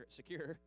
secure